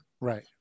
Right